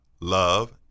love